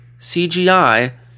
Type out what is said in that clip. CGI